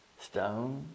stone